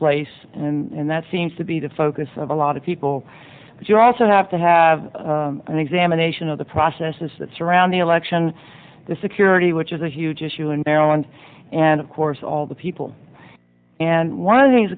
place and that seems to be the focus of a lot of people you also have to have an examination of the processes that surround the election the security which is a huge issue in maryland and of course all the people and one of the things